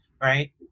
right